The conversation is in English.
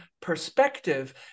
perspective